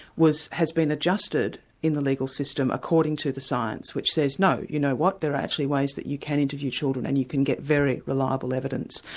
has been adjusted in the legal system according to the science, which says, no, you know what? there are actually ways that you can interview children and you can get very reliable evidence.